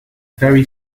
very